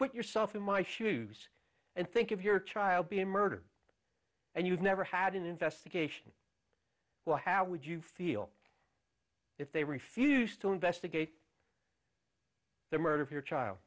important yourself in my shoes and think of your child being murdered and you've never had an investigation well how would you feel if they refused to investigate the murder of your child